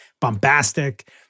bombastic